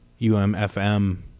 umfm